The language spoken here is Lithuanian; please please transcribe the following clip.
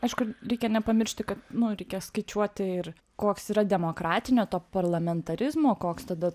aišku reikia nepamiršti kad nu reikia skaičiuoti ir koks yra demokratinio to parlamentarizmo koks tada